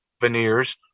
veneers